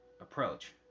approach